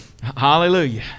Hallelujah